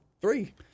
three